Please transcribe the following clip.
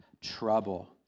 trouble